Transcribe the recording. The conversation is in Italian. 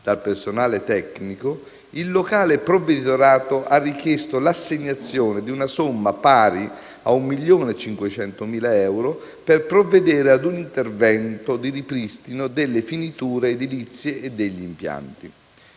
dal personale tecnico, il locale provveditorato ha richiesto l'assegnazione di una somma pari a 1.500.000 euro, per provvedere ad un intervento di ripristino delle finiture edilizie e degli impianti.